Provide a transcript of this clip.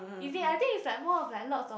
is it I think it's like more of like lots of